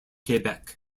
quebec